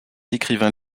écrivain